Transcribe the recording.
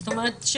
זאת אומרת,